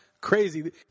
crazy –